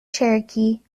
cherokee